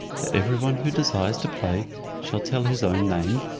that every one who desires to play shall tell his own name,